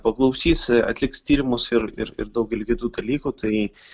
paklausys atliks tyrimus ir ir ir daugelį kitų dalykų tai